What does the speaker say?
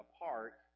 apart